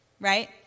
right